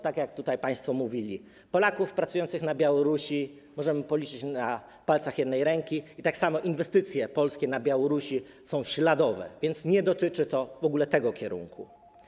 Tak jak tutaj państwo mówili, Polaków pracujących na Białorusi możemy policzyć na palcach jednej ręki i tak samo inwestycje polskie na Białorusi są śladowe, więc nie dotyczy to w ogóle tego kierunku.